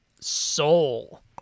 Soul